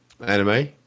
anime